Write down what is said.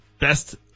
best